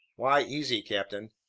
why easy, captain?